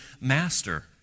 master